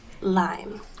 Lime